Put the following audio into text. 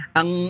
ang